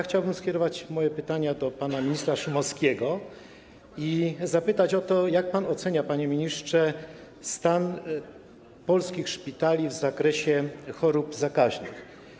Chciałbym skierować moje pytania do pana ministra Szumowskiego i zapytać o to, jak pan ocenia, panie ministrze, stan polskich szpitali w zakresie chorób zakaźnych.